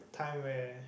time where